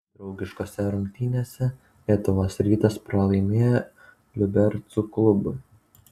draugiškose rungtynėse lietuvos rytas pralaimėjo liubercų klubui